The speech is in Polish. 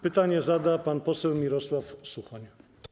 Pytanie zada pan poseł Mirosław Suchoń.